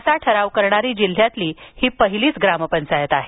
असा ठराव करणारी जिल्ह्यातील ही पहिलीच ग्रामपंचायत ठरली आहे